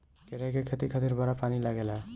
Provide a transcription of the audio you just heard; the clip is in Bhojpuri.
केरा के खेती खातिर बड़ा पानी लागेला